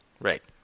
Right